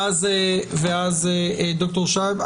ואז ד"ר שהב.